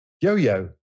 Yo-Yo